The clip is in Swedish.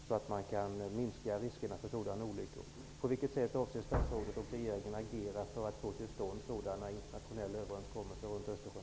så att man kan minska riskerna för sådana olyckor.